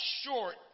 short